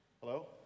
Hello